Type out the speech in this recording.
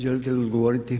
Želite li odgovoriti?